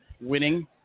winning